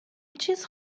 چیز